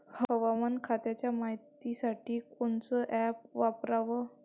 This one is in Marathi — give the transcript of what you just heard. हवामान खात्याच्या मायतीसाठी कोनचं ॲप वापराव?